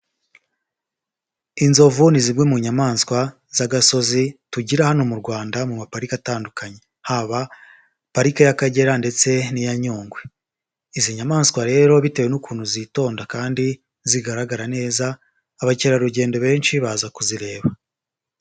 Inzovu ni zimwe mu nyamaswa z'agasozi tugira hano mu Rwanda mu maparike atandukanye, haba Parike y'Akagera ndetse n'iya Nyungwe. Izi nyamaswa rero bitewe n'ukuntu zitonda kandi zigaragara neza, abakerarugendo benshi baza kuzireba.